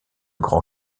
grand